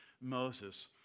Moses